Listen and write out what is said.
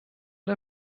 der